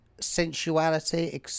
sensuality